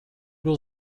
will